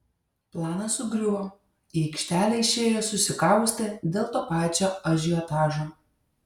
planas sugriuvo į aikštelę išėjo susikaustę dėl to pačio ažiotažo